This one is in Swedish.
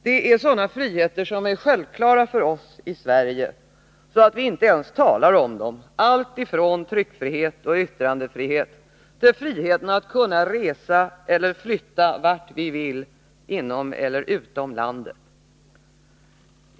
Det är sådana friheter som är så självklara för oss i Sverige att vi inte ens talar om dem, alltifrån tryckfrihet och yttrandefrihet till friheten att kunna resa eller flytta vart vi vill inom eller utom landet.